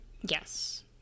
yes